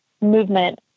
movement